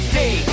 day